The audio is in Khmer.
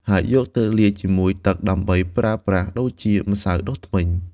ហើយយកទៅលាយជាមួយទឹកដើម្បីប្រើប្រាស់ដូចជាម្សៅដុសធ្មេញ។